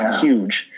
huge